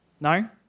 No